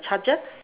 charger